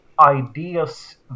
ideas